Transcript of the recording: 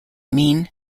mean